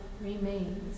remains